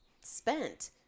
spent